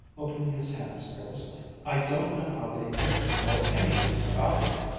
opening his hands nervously. i don't know how they think they know anything about it,